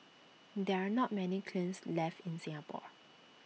there are not many kilns left in Singapore